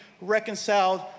reconciled